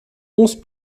onze